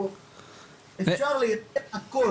אפשר לייצא הכל.